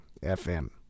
FM